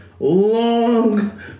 long